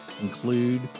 include